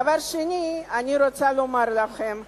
דבר שני שאני רוצה לומר לכם,